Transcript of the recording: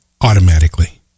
automatically